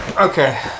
Okay